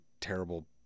terrible